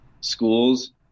schools